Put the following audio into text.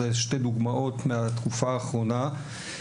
אלה שתי דוגמאות מהתקופה האחרונה.